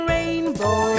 Rainbow